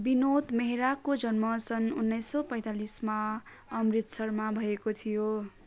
विनोद मेहराको जन्म सन् उन्नाइस सौ पैँतालिसमा अमृतसरमा भएको थियो